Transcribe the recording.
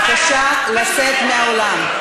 בבקשה לצאת מהאולם.